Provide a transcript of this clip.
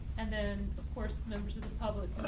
and then of course members of the public